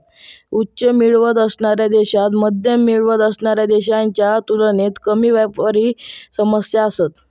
उच्च मिळकत असणाऱ्या देशांत मध्यम मिळकत असणाऱ्या देशांच्या तुलनेत कमी व्यापारी समस्या असतत